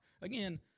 again